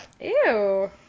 Ew